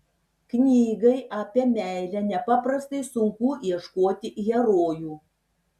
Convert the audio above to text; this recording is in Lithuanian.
knygai apie meilę nepaprastai sunku ieškoti herojų